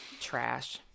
trash